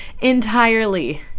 entirely